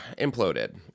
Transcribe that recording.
imploded